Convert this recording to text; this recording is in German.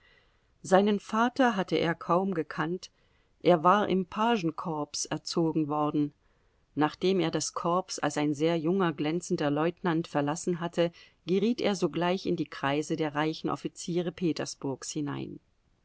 seinen vater hatte er kaum gekannt er war im pagenkorps erzogen worden nachdem er das korps als ein sehr junger glänzender leutnant verlassen hatte geriet er sogleich in die kreise der reichen offiziere petersburgs hinein